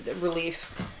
relief